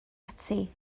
ati